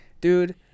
Dude